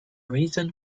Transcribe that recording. reason